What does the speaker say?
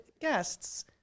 guests